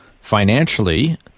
financially